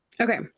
Okay